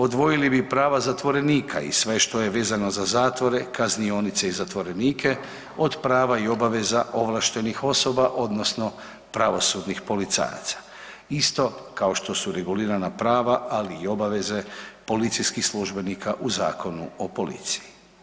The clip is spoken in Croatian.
Odvojili bi prava zatvorenika i sve što je vezano za zatvore, kaznionice i zatvorenike od prava i obaveza ovlaštenih osoba odnosno pravosudnih policajaca isto kao što su regulirana prava ali i obaveze policijskih službenika u Zakonu o policiji.